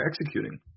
executing